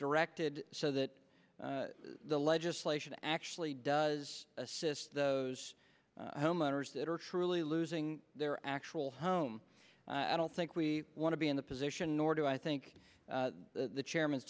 directed so that the legislation actually does assist those homeowners that are truly losing their actual home i don't think we want to be in the position nor do i think the chairman